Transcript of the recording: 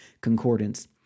concordance